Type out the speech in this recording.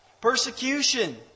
Persecution